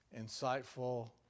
insightful